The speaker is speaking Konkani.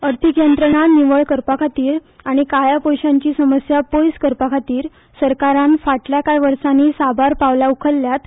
अर्थीक यंत्रणा निवळ करपा खातीर आनी काळ्या पयशांची समस्या पयस करपा खातीर सरकारान फाटल्या कांय वर्सांनी साबार पावलां उखल्ल्यांत